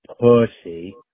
pussy